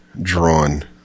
drawn